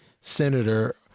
senator